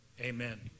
amen